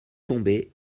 tomber